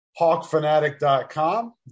hawkfanatic.com